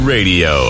Radio